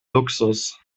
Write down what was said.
luxus